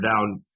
down